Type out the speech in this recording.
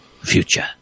future